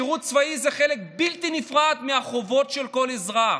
שירות צבאי זה חלק בלתי נפרד מהחובות של כל אזרח,